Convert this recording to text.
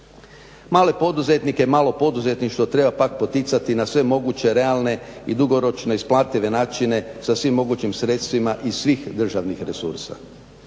Male poduzetnike, malo poduzetništvo treba pak poticati na sve moguće, realne i dugoročno isplative načine sa svim mogućim sredstvima iz svih državnih resursa.